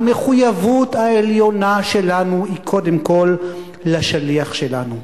המחויבות העליונה שלנו היא קודם כול לשליח שלנו.